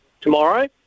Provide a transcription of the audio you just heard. tomorrow